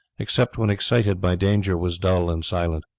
except when excited by danger, was dull and silent.